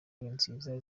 nziza